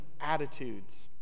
attitudes